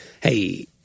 hey